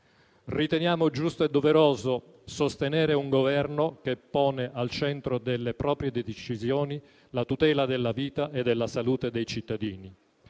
Riteniamo giusto e doveroso sostenere un Governo che pone al centro delle proprie decisioni la tutela della vita e della salute dei cittadini.